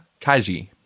Kaji